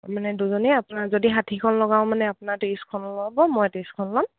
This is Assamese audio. মানে দুজনী আপোনাৰ যদি ষাঠিখন লগাওঁ মানে আপোনাৰ তে্ৰইছখন লাব মই তে্ৰইছশখন লম